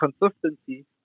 consistency